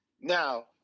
now